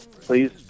Please